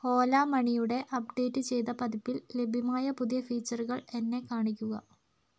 ഓലാമണിയുടെ update ചെയ്ത പതിപ്പിൽ ലഭ്യമായ പുതിയ ഫീച്ചറുകൾ എന്നെ കാണിക്കുക